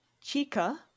Chica